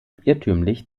irrtümlich